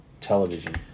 television